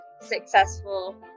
successful